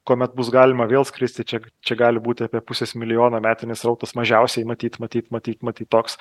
kuomet bus galima vėl skristi čia čia gali būti apie pusės milijono metinis srautas mažiausiai matyt matyt matyt matyt toks